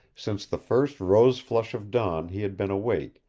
since the first rose-flush of dawn he had been awake,